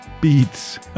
beats